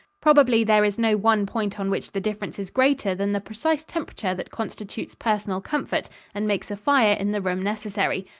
probably there is no one point on which the difference is greater than the precise temperature that constitutes personal comfort and makes a fire in the room necessary.